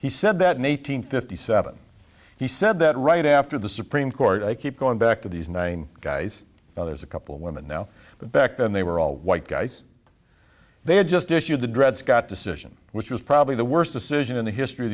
he said that an eight hundred fifty seven he said that right after the supreme court i keep going back to these nineteen guys there's a couple of women now but back then they were all white guys they had just issued the dred scott decision which was probably the worst decision in the history of